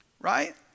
right